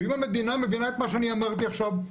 אם המדינה מבינה את מה שאני אמרתי עכשיו,